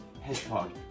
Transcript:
hedgehog